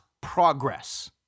progress